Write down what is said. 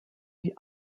die